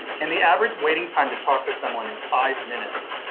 and the average waiting time to talk to someone is five minutes.